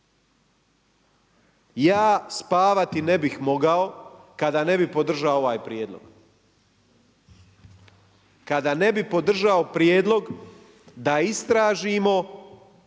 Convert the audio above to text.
Ja spavati ne bih mogao kada ne bih podržao ovaj prijedlog, kada ne bih podržao prijedlog da istražimo